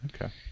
Okay